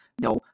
no